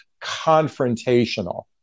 confrontational